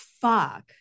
fuck